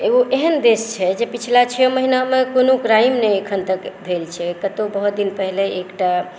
एगो एहन देश छै जे पिछला छओ महिनामे कोनो क्राइम नहि एखन तक भेल छै कतौ बहुत दिन पहिले एकटा